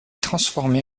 transformée